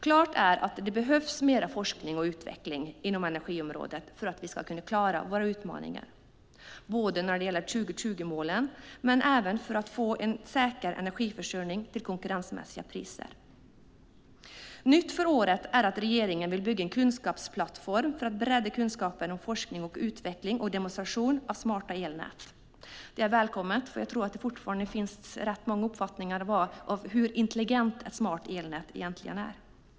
Klart är att det behövs mer forskning och utveckling inom energiområdet för att vi ska kunna klara våra utmaningar, både när det gäller 2020-målen och när det gäller att få en säker energiförsörjning till konkurrensmässiga priser. Nytt för året är att regeringen vill bygga en kunskapsplattform för att bredda kunskapen om forskning, utveckling och demonstration av smarta elnät. Det är välkommet, för jag tror att det fortfarande finns rätt många uppfattningar om hur intelligent ett smart elnät egentligen är.